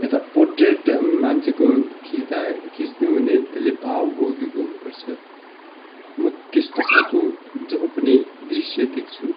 यता पोट्रेट मान्छेको खिच्दा खिच्नु हो भने त्यसले भाव बोकेको हुनु पर्छ म त्यस्तो खाले जब पनि दृश्य देख्छु